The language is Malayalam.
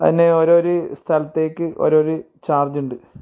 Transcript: അതിന് ഓരോരു സ്ഥലത്തേക്ക് ഓരോരു ചാർജ്ണ്ട്